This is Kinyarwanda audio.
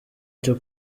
cyo